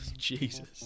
Jesus